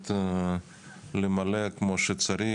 יתמלא כמו שצריך.